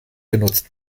genutzt